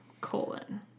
colon